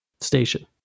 station